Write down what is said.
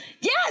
Yes